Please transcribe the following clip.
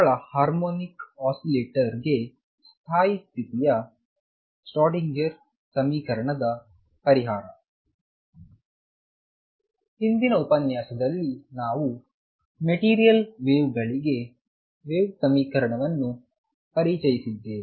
ಸರಳ harmonic oscillator ಗೆ ಸ್ಥಾಯಿ ಸ್ಥಿತಿಯ ಶ್ರೋಡಿಂಗರ್ ಸಮೀಕರಣದ ಪರಿಹಾರ ಹಿಂದಿನ ಉಪನ್ಯಾಸದಲ್ಲಿ ನಾವು ಮಟೀರಿಯಲ್ ವೇವ್ ಗಳಿಗೆ ವೇವ್ ಸಮೀಕರಣವನ್ನು ಪರಿಚಯಿಸಿದ್ದೇವೆ